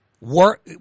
work